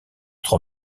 trop